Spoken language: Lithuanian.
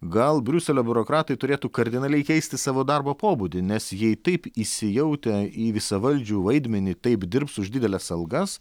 gal briuselio biurokratai turėtų kardinaliai keisti savo darbo pobūdį nes jei taip įsijautę į visavaldžių vaidmenį taip dirbs už dideles algas